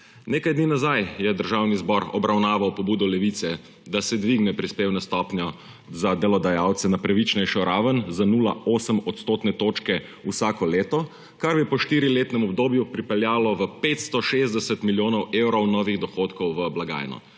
Nekaj dni nazaj je Državni zbor obravnaval pobudo Levice, da se dvigne prispevno stopnjo za delodajalce na pravičnejšo raven za 0,8 odstotne točke vsako leto, kar bi po štiriletnem obdobju pripeljalo do 560 milijonov evrov novih dohodkov v blagajno,